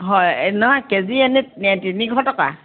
হয় এই নহয় কেজি এনেই তিনিশ টকা